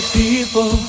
people